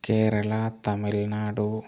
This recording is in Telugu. కేరళ తమిళనాడు